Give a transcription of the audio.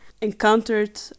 encountered